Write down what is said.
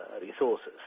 resources